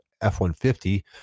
F-150